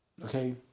Okay